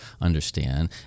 understand